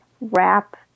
wrap